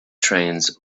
trains